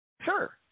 Sure